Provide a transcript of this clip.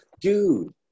Dude